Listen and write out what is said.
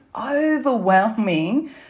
overwhelming